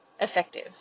effective